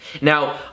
Now